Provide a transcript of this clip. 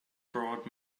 brought